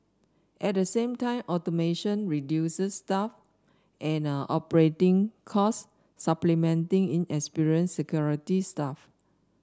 at the same time automation reduces staff and operating costs supplementing inexperienced security staff